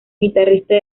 guitarrista